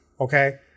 Okay